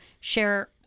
share